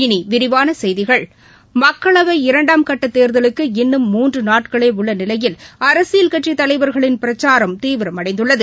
இனி விரிவான செய்திகள் மக்களவை இரண்டாம் கட்ட தேர்தலுக்கு இன்னும் மூன்று நாட்களே உள்ள நிலையில் அரசியல் கட்சித் தலைவர்களின் பிரச்சாரம் தீவிரமடைந்துள்ளது